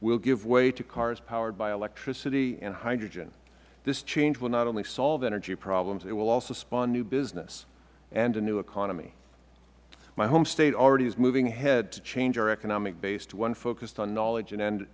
will give way to cars powered by electricity and hydrogen this change will not only solve energy problems it will also spawn new business and a new economy my home state already is moving ahead to change our economic base to one focused on knowledge and en